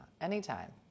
anytime